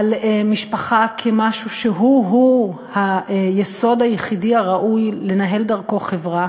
על משפחה כמשהו שהוא-הוא היסוד היחידי הראוי לנהל דרכו חברה,